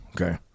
okay